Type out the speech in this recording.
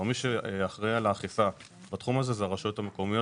מי שאחראי על האכיפה זה הרשויות המקומיות,